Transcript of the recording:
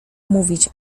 mówić